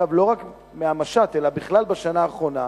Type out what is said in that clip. אגב לא רק מהמשט אלא בכלל מהשנה האחרונה,